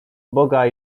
boga